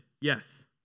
Yes